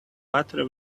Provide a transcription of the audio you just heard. butter